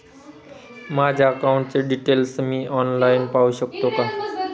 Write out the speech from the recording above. माझ्या अकाउंटचे डिटेल्स मी ऑनलाईन पाहू शकतो का?